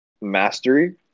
mastery